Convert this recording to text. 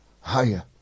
higher